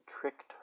tricked